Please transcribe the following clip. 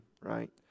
right